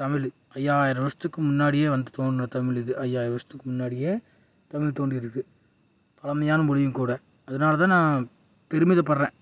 தமிழை ஐயாயிரம் வருஷத்துக்கு முன்னாடியே வந்து தோன்றின தமிழ் இது ஐயாயிரம் வருஷத்துக்கு முன்னாடியே தமிழ் தோன்றி இருக்கு பழமையான மொழியும் கூட அதனால் தான் நான் பெருமிதப்படுறேன்